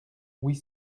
huit